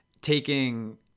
taking